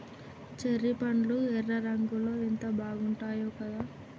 cherry పండ్లు ఎర్ర రంగులో ఎంత బాగుంటాయో కదా